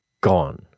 Gone